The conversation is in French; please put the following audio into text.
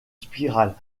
spirale